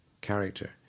character